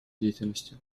деятельности